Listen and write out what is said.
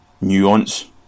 nuance